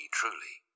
truly